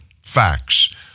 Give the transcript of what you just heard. facts